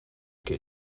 keer